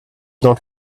not